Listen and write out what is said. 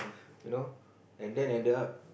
you know and then ended up